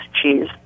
cheese